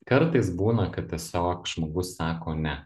kartais būna kad tiesiog žmogus sako ne